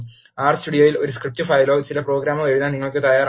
R സ്റ്റുഡിയോയിൽ ഒരു script ഫയലോ ചില പ്രോഗ്രാമോ എഴുതാൻ നിങ്ങൾ തയ്യാറാണ്